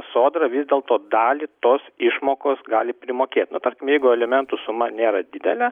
sodra vis dėlto dalį tos išmokos gali primokėt nu tarkim jeigu alimentų suma nėra didelė